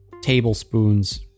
tablespoons